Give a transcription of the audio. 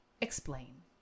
explain